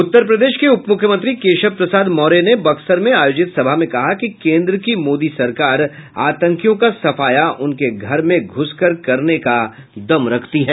उत्तर प्रदेश के उपमुख्यंत्री केशव प्रसाद मौर्य ने बक्सर में आयोजित सभा में कहा कि केन्द्र की मोदी सरकार आतंकियों का सफाया उनके घर में घुस कर करने का दम रखती है